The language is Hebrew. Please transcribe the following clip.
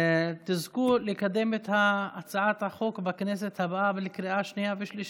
לקדם את הצעת החוק בכנסת הבאה לקריאה שנייה ושלישית.